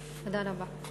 אדוני היושב-ראש, תודה רבה,